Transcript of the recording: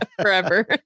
forever